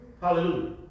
Hallelujah